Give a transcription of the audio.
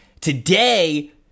today